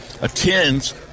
attends